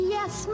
Yes